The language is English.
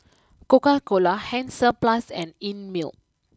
Coca Cola Hansaplast and Einmilk